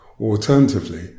Alternatively